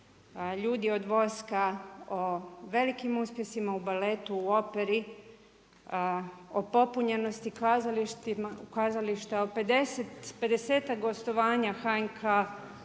Ljudi od voska, o velikim uspjesima u baletu u operi o popunjenosti kazališta o 50-tak gostovanja HNK u